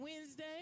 Wednesday